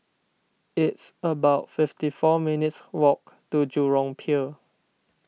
it's about fifty four minutes' walk to Jurong Pier